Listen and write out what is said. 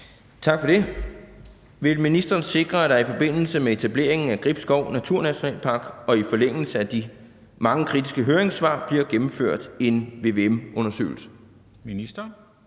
Tak for det: Vil ministeren sikre, at der i forbindelse med etableringen af Gribskov Naturnationalpark og i forlængelse af de mange kritiske høringssvar bliver gennemført en vvm-undersøgelse?